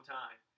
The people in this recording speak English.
time